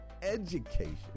education